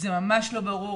זה ממש לא ברור,